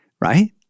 right